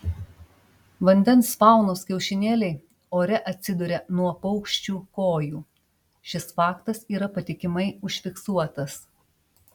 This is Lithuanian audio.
vandens faunos kiaušinėliai ore atsiduria nuo paukščių kojų šis faktas yra patikimai užfiksuotas